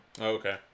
Okay